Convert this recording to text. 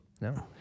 No